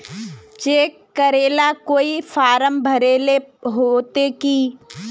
Cheque करेला कोई form भरेले होते की?